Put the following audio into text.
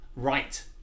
right